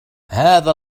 هذا